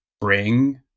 bring